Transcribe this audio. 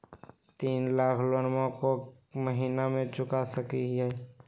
तीन लाख लोनमा को महीना मे चुका सकी हय?